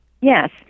Yes